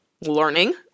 learning